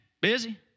Busy